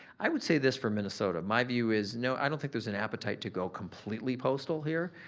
i would say this for minnesota. my view is no, i don't think there's an appetite to go completely postal here.